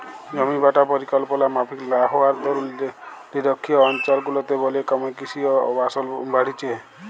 জমিবাঁটা পরিকল্পলা মাফিক লা হউয়ার দরুল লিরখ্খিয় অলচলগুলারলে বল ক্যমে কিসি অ আবাসল বাইড়হেছে